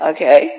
Okay